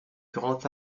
grand